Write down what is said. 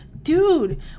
Dude